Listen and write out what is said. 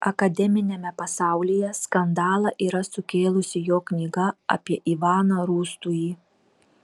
akademiniame pasaulyje skandalą yra sukėlusi jo knyga apie ivaną rūstųjį